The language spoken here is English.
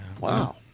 Wow